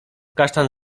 kasztan